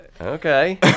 Okay